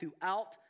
throughout